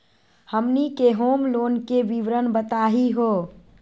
हमनी के home loan के विवरण बताही हो?